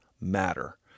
matter